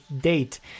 date